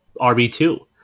RB2